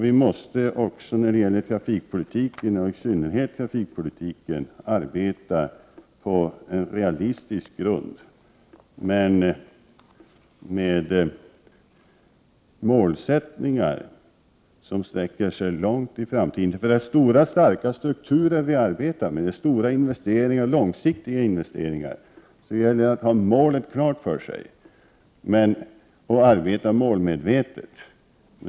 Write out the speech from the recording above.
Vi måste i synnerhet när det gäller trafikpolitiken arbeta utifrån en realistisk grund men med målsättningar som sträcker sig långt in i framtiden. Det är nämligen stora och starka strukturer vi arbetar med och stora och långsiktiga investeringar. Det gäller därför att man har målet klart för sig och arbeta målmedvetet.